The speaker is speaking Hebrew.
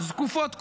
זקופות קומה,